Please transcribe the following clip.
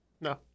No